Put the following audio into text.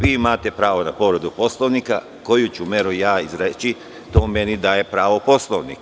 Vi imate pravo na povredu Poslovnika, a koju ću meru izreći, to meni daje pravo Poslovnik.